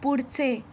पुढचे